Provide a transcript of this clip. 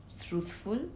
truthful